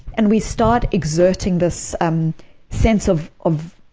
and we start exerting this um sense of of